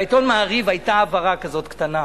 בעיתון "מעריב" היתה הבהרה כזאת, קטנה.